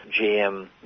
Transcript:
GM